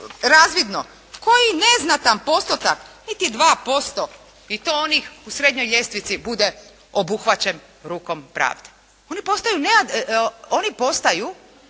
razvidno koji neznatan postotak, niti 2% i to onih u srednjoj ljestvici bude obuhvaćen rukom pravde. Oni postaju